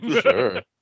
Sure